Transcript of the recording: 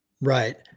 Right